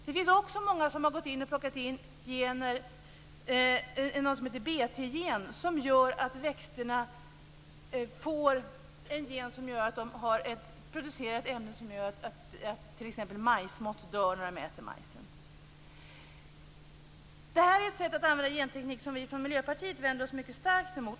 Det finns också många som har plockat in någonting som heter BT-gen som leder till att växterna producerar ett ämne som gör att t.ex. majsmått dör när de äter majsen. Detta är ett sätt att använda sig av genteknik som vi från Miljöpartiet vänder oss mycket starkt emot.